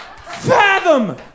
fathom